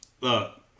Look